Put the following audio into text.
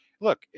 look